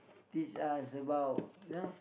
teach us about you know